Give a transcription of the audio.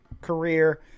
career